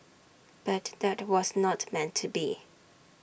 but that was not meant to be